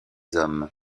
hommes